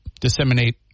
disseminate